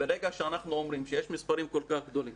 ברגע שאנחנו אומרים שיש מספרים כל כך גדולים